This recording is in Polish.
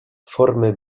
formy